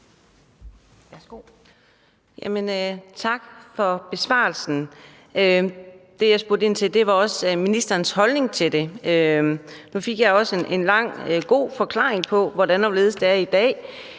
Tak for besvarelsen. Det, jeg spurgte ind til, var også ministerens holdning til det. Nu fik jeg en lang og god forklaring på, hvordan og